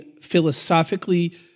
philosophically